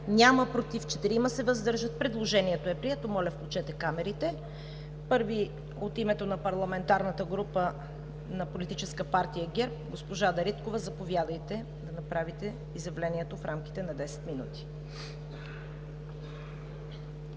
198, против няма, въздържали се 4. Предложението е прието. Моля, включете камерите. Първи – от името на парламентарната група на Политическа партия ГЕРБ, госпожа Дариткова. Заповядайте да направите изявлението в рамките на 10 минути.